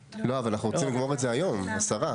לא, אבל אנחנו רוצים לגמור את זה היום, השרה.